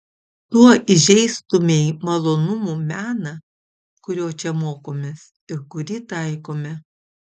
tuo įžeistumei malonumų meną kurio čia mokomės ir kurį taikome